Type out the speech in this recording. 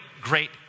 great